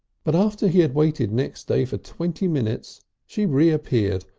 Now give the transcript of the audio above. but after he had waited next day for twenty minutes she reappeared,